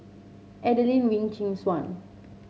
Adelene Wee Chin Suan